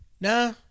Nah